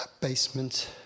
basement